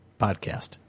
podcast